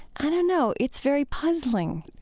i don't know. it's very puzzling,